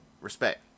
Respect